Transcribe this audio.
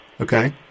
Okay